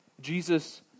Jesus